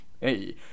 Hey